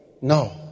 No